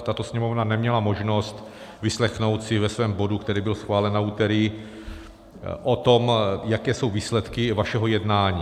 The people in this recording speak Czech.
Tato Sněmovna neměla možnost vyslechnout si ve svém bodu, který byl schválen na úterý, o tom, jaké jsou výsledky vašeho jednání.